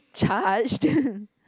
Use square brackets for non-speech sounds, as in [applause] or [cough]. charged [laughs]